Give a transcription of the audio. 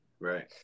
Right